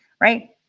right